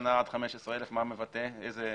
איזה תפקידים?